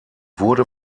wurde